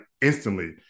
instantly